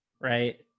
Right